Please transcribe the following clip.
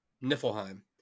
Niflheim